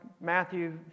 Matthew